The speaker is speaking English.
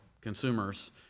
consumers